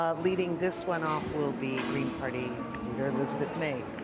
um leading this one off will be green party leader, elizabeth may.